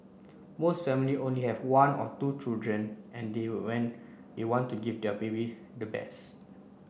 most family only have one or two children and they when they want to give their baby the best